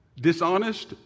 dishonest